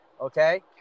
Okay